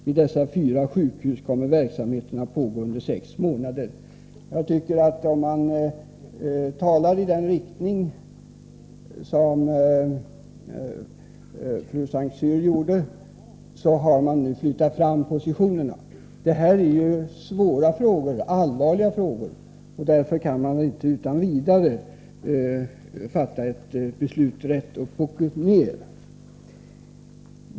Vid dessa fyra sjukhus kommer verksamheten att pågå under sex månader.” Talar man i den riktning som Mona Saint Cyr gjorde, måste man medge att man har flyttat fram positionerna. Det här är ju svåra och allvarliga frågor, och därför kan man inte utan vidare fatta ett beslut rätt upp och ned.